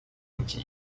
竞技